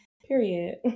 Period